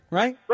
right